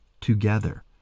together